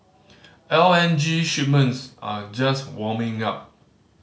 L N G shipments are just warming up